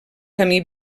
camí